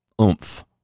oomph